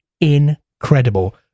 incredible